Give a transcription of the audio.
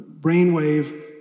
brainwave